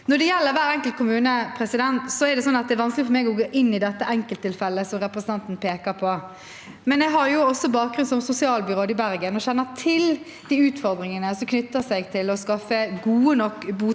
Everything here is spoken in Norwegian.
Når det gjelder hver enkelt kommune, er det vanskelig for meg å gå inn i det enkelttilfellet som representanten peker på. Jeg har imidlertid bakgrunn som sosialbyråd i Bergen og kjenner til de utfordringene som knytter seg til å skaffe gode nok